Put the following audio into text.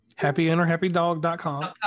Happyinnerhappydog.com